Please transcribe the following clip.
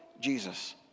Jesus